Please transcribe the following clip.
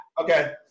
Okay